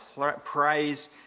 praise